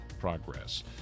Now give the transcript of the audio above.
progress